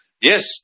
yes